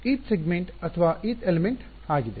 ಆದ್ದರಿಂದ ಇದು ith segment ಅಥವಾ ಇಥ್ ಎಲಿಮೆಂಟ್ ಆಗಿದೆ